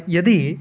यदि